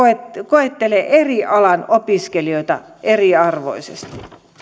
koettelee eri alan opiskelijoita eriarvoisesti